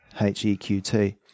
H-E-Q-T